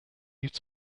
youth